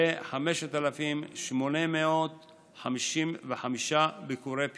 ל-5,855 ביקורי פיקוח.